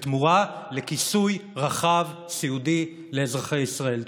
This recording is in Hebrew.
בתמורה לכיסוי סיעודי רחב לאזרחי ישראל.